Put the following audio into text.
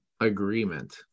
agreement